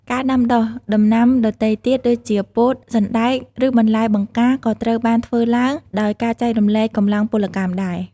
ការដាំដុះដំណាំដទៃទៀតដូចជា ពោត សណ្ដែក ឬបន្លែបង្ការក៏ត្រូវបានធ្វើឡើងដោយការចែករំលែកកម្លាំងពលកម្មដែរ។